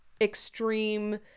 extreme